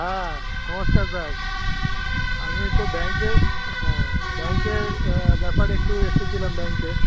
হ্যাঁ নমস্কার স্যার আমি তো ব্যাংকের হ্যাঁ ব্যাংকের ব্যাপারে একটু এসেছিলাম ব্যাংকে